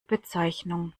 bezeichnung